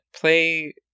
play